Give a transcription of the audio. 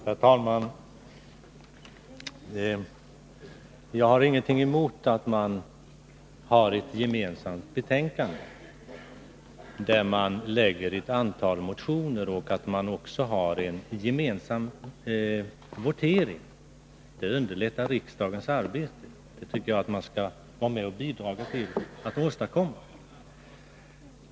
Herr talman! Jag har ingenting emot att man behandlar ett antal motioner i ett gemensamt betänkande och inte heller att man har en gemensam votering; det underlättar riksdagens arbete, och det tycker jag att man skall försöka bidra till att åstadkomma.